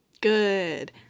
good